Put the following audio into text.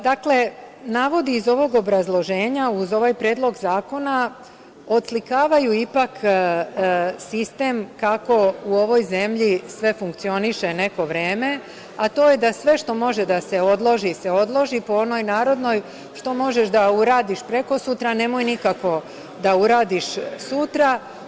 Dakle, navodi iz ovog obrazloženja uz ovaj Predlog zakona oslikavaju ipak sistem kako u ovoj zemlji sve funkcioniše neko vreme, a to je da sve što može da se odloži se odloži po onoj narodnoj – Što možeš da uradiš prekosutra, nemoj nikako da uradiš sutra.